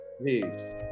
please